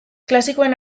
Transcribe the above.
klasikoen